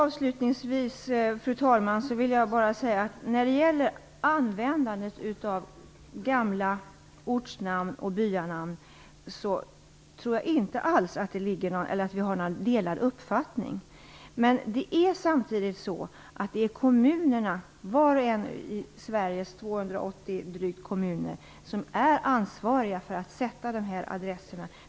Fru talman! Avslutningsvis vill jag bara säga att jag när det gäller användandet av gamla ortnamn och byanamn inte alls tror att vi har delad uppfattning. Men det är samtidigt så att det är kommunerna, var och en av Sveriges drygt 280 kommuner, som är ansvariga för att sätta dessa adresser.